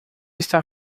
está